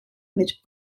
mit